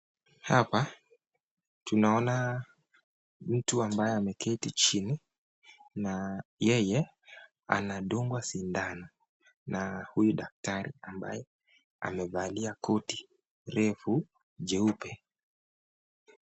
Hapa tunaona mtu ambaye ameketi chini na yeye anadungwa sindano na huyu daktari ambaye amevalia koti refu jeupe.